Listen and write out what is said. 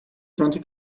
twenty